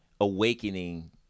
awakening